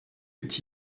est